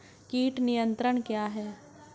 कीट नियंत्रण क्या है?